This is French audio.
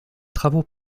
travaux